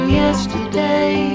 yesterday